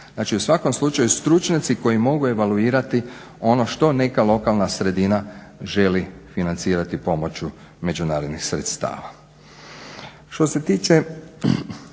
Znači u svakom slučaju stručnjaci koji mogu evaluirati ono što neka lokalna sredina želi financirati pomoću međunarodnih sredstava. Što se tiče